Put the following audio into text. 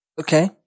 Okay